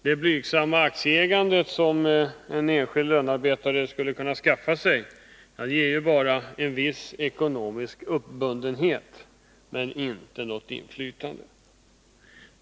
Det blygsamma aktieägande som en enskild lönarbetare skulle kunna skaffa sig ger bara en viss ekonomisk uppbundenhet, inte något inflytande.